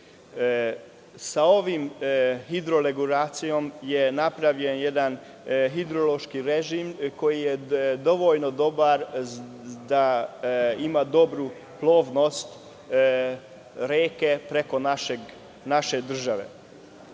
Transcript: Sa ovom hidroregulacijom je napravljen jedan hidrološki režim koji dovoljno dobar da ima dobru plovnost reke preko naše države.